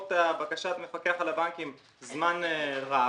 בעקבות בקשת המפקח על הבנקים זמן רב,